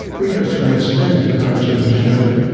we've had some outstanding poets in australia.